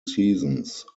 seasons